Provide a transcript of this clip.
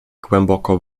głęboko